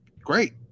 Great